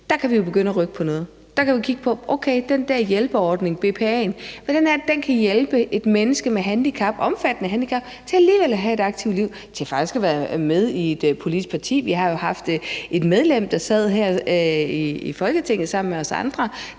kan vi jo begynde at rykke på noget. Vi kan kigge på det og sige, at den der hjælpeordning, dpa'en, hvordan kan den hjælpe et menneske med et omfattende handicap til alligevel at have et aktivt liv – faktisk være med i et politisk parti. Vi har jo haft et medlem, der sad her i Folketinget sammen med os andre,